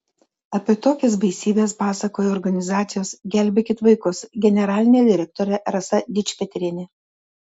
apie tokias baisybes pasakoja organizacijos gelbėkit vaikus generalinė direktorė rasa dičpetrienė